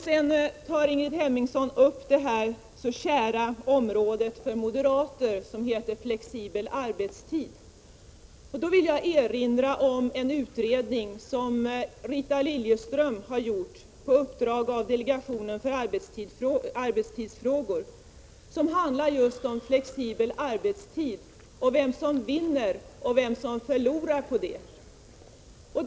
Sedan tog Ingrid Hemmingsson upp det för moderaterna så kära området flexibel arbetstid. Jag vill erinra om en utredning som Rita Liljeström har gjort på uppdrag av delegationen för arbetstidsfrågor. Det handlar om just flexibel arbetstid och om vem som vinner och vem som förlorar på en sådan.